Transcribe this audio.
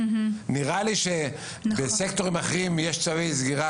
נראה לי שבסקטורים אחרים יש צווי סגירה